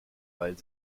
weil